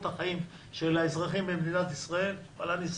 החיים של האזרחים במדינת ישראל אני שמח.